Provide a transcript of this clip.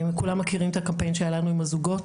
כולם מכירים את הקמפיין שהיה לנו עם הזוגות.